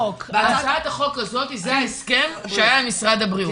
בהצעת החוק הזאת זה ההסכם שהיה עם משרד הבריאות.